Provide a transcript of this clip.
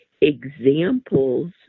examples